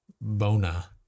bona